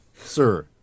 Sir